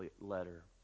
letter